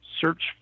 search